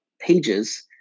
pages